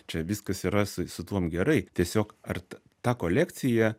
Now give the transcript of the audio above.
čia viskas yra su su tuom gerai tiesiog art ta kolekcija